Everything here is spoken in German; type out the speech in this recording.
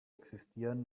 existieren